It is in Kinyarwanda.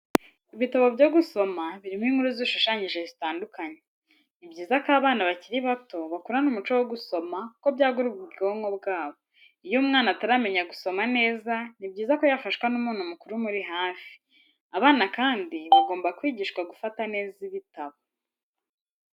Ibitabo byo gusoma birimo inkuru zishushanyije zitandukanye, ni byiza ko abana bakiri bato bakurana umuco wo gusoma kuko byagura ubwonko bwabo. Iyo umwana ataramenya gusoma neza ni byiza ko yafashwa n'umuntu mukuru umuri hafi. Abana kandi bagomba kwigishwa gufata neza ibitabo.